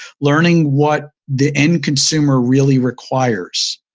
learning what the end consumer really requires.